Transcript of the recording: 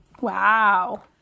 Wow